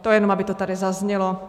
To jen aby to tady zaznělo.